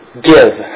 give